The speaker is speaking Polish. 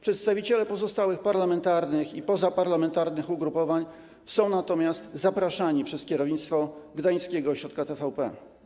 Przedstawiciele pozostałych parlamentarnych i pozaparlamentarnych ugrupowań są natomiast zapraszani przez kierownictwo gdańskiego ośrodka TVP.